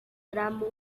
tramo